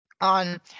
on